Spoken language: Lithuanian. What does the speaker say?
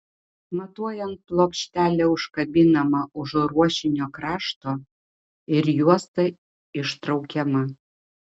matuojant plokštelė užkabinama už ruošinio krašto ir juosta ištraukiama